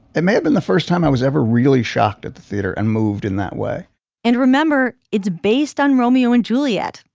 it may have been the first time i was ever really shocked at the theater and moved in that way and remember it's based on romeo and juliet.